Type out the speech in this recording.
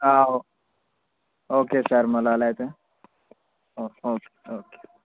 ఓ okay sir మళ్ళీ అలా అయితే ఓకే ఓకే ఓకే